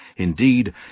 Indeed